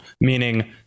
meaning